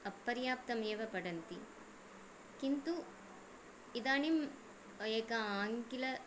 अपार्यप्तम् एव पठन्ति किन्तु इदानीम् एका अङ्गलं